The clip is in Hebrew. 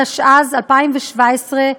התשע"ז 2017,